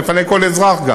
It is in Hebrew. גם בפני כל אזרח.